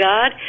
God